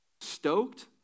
stoked